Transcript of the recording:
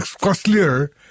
costlier